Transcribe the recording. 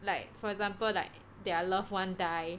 like for example like their loved one die